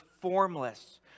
formless